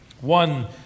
One